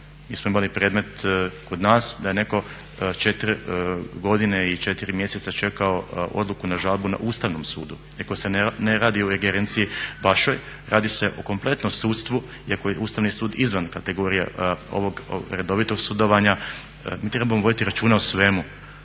mi smo imali predmet kod nas da je netko 4 godine i 4 mjeseca čekao odluku na žalbu na Ustavnom sudu iako se ne radi o ingerenciji vašoj, radi se o kompletnom sudstvu iako je Ustavni sud izvan kategorija redovitog sudovanja. Mi trebamo voditi računa o svemu